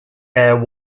air